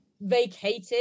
vacated